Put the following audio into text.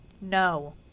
No